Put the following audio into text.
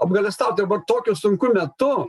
apgailestaut dabar tokiu sunkiu metu